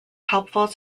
helpful